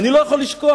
אני לא יכול לשכוח,